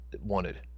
wanted